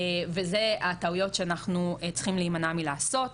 ואלה הטעויות שאנחנו צריכים להימנע מלעשות,